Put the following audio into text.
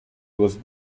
was